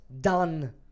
done